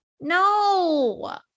no